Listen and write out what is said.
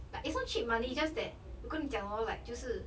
like it's not cheat money just that 我跟你讲 orh like 就是